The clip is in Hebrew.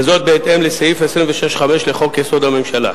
וזאת בהתאם לסעיף 26(5) לחוק-יסוד: הממשלה.